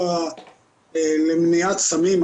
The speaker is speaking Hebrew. הרשות למניעת סמים,